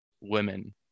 women